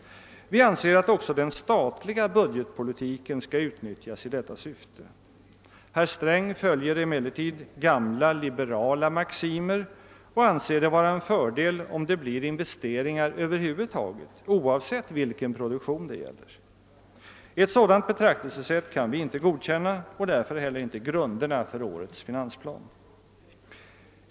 Vi anser att också den statliga budgetpolitiken skall utnyttjas i detta syfte. Herr Sträng följer emellertid gamla liberala maximer och anser det vara en fördel om det blir investeringar över huvud taget, oavsett vilken produktion det gäller. Ett sådant betraktelsesätt kan vi inte godkänna, och därför kan vi inte heller godkänna grunderna för årets finansplan.